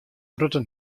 protte